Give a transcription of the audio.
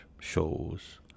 shows